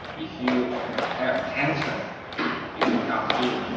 if you have cancer, if you come here,